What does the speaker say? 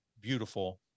beautiful